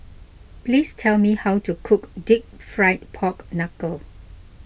please tell me how to cook Deep Fried Pork Knuckle